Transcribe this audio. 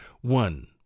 one